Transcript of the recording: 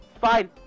Fine